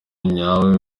nyawe